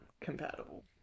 compatible